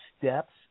steps